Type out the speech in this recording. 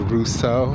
Russo